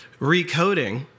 recoding